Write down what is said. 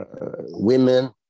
women